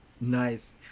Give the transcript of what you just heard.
Nice